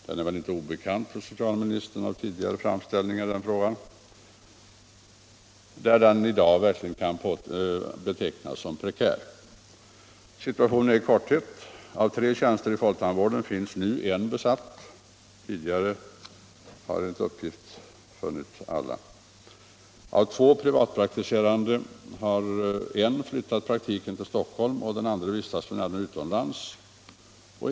Den är väl inte obekant, för socialministern har tidigare fått en framställning i frågan. Situationen där i dag kan verkligen betecknas som prekär och är i korthet följande. Av tre tjänster inom folktandvården är nu en besatt. Tidigare har enligt uppgift alla varit besatta. Av två privatpraktiserande tandläkare har en flyttat praktiken till Stockholm, den andre vistas f. n. utomlands.